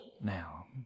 now